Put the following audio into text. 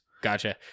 Gotcha